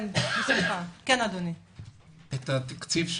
לגבי ה-20,